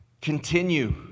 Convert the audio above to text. continue